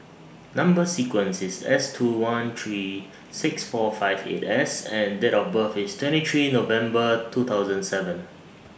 Number sequence IS S two one three six four five eight S and Date of birth IS twenty three November two thousand seven